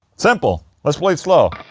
simple, let's play slow